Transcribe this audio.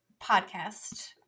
podcast